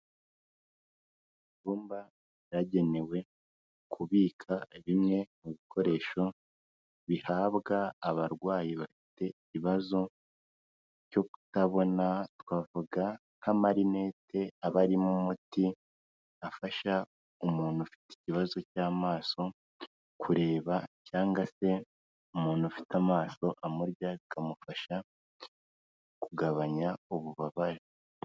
Ibyumba byaragenewe kubika bimwe mu bikoresho bihabwa abarwayi bafite ikibazo cyo kutabona, twavuga nk' amarinete aba arimo umuti afasha umuntu ufite ikibazo cy'amaso kureba cyangwa se umuntu ufite amaso amurya bikamufasha kugabanya ububabare.